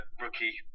rookie